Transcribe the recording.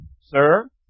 Sir